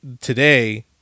today